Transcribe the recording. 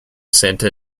center